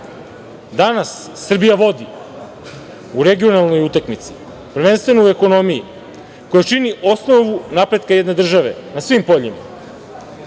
Srbija vodi u regionalnoj utakmici, prvenstveno u ekonomiji, koja čini osnovu napretka jedne države na svim poljima.